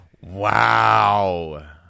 Wow